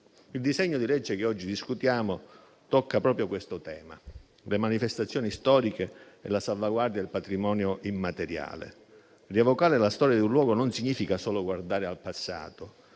Il disegno di legge in discussione tocca proprio questo tema: le manifestazioni storiche e la salvaguardia del patrimonio immateriale. Rievocare la storia di un luogo significa non solo guardare al passato,